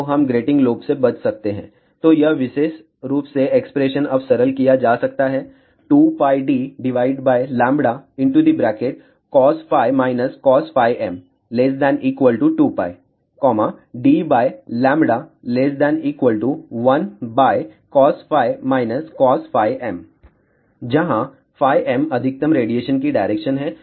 तो हम grating lobe से बच सकते है तो यह विशेष रूप से एक्सप्रेशन अब सरल किया जा सकता है 2πdcos cosm ≤ 2π d1cos cosm जहां φ m अधिकतम रेडिएशन की डायरेक्शन है